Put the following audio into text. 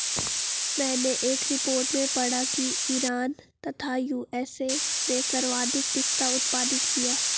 मैनें एक रिपोर्ट में पढ़ा की ईरान तथा यू.एस.ए ने सर्वाधिक पिस्ता उत्पादित किया